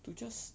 to just